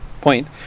point